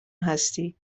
هستی